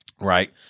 right